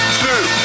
two